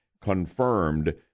confirmed